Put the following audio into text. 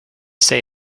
say